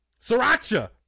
Sriracha